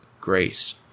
grace